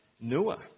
Noah